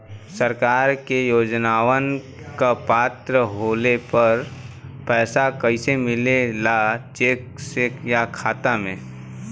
सरकार के योजनावन क पात्र होले पर पैसा कइसे मिले ला चेक से या खाता मे?